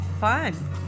fun